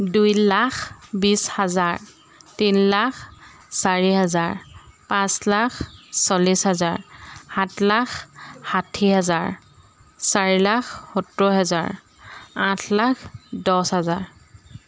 দুই লাখ বিছ হাজাৰ তিনি লাখ চাৰি হাজাৰ পাঁচ লাখ চল্লিছ হাজাৰ সাত লাখ ষাঠি হাজাৰ চাৰি লাখ সত্তৰ হাজাৰ আঠ লাখ দছ হাজাৰ